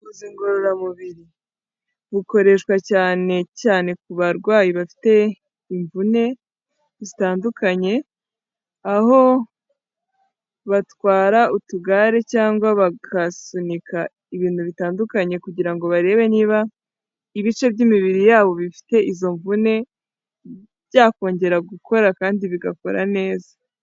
Ubuvuzi ngororamubiri, bukoreshwa cyane cyane ku barwayi bafite imvune zitandukanye, aho batwara utugare cyangwa bagasunika ibintu bitandukanye kugira ngo barebe niba, ibice by'imibiri yabo bifite izo mvune byakongera gukora kandi bigakora neza.